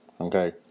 okay